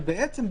אבל בעצם,